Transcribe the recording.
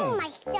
ah nice. yeah